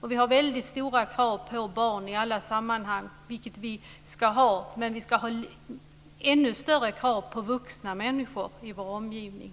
Vi har väldigt stora krav på barn i alla sammanhang, vilket vi ska ha, men vi ska ha ännu större krav på vuxna människor i vår omgivning.